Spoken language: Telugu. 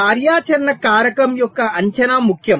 కార్యాచరణ కారకం యొక్క అంచనా ముఖ్యం